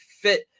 fit